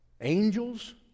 Angels